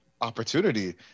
Opportunity